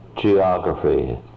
geography